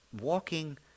walking